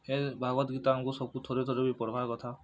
ଏ ଭାଗବତ ଗୀତା ଆମକୁ ସବୁ ଥରେ ଥରେ ବି ପଢ଼ବାର୍ କଥା